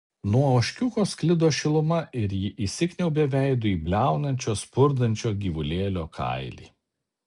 nuo ožkiuko sklido šiluma ir ji įsikniaubė veidu į bliaunančio spurdančio gyvulėlio kailį